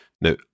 Now